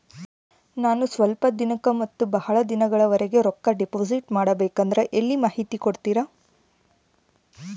ನಾನು ಸ್ವಲ್ಪ ದಿನಕ್ಕ ಮತ್ತ ಬಹಳ ದಿನಗಳವರೆಗೆ ರೊಕ್ಕ ಡಿಪಾಸಿಟ್ ಮಾಡಬೇಕಂದ್ರ ಎಲ್ಲಿ ಮಾಹಿತಿ ಕೊಡ್ತೇರಾ?